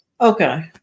okay